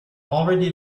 already